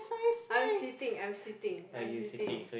I'm sitting I'm sitting I'm sitting